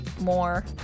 more